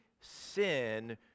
sin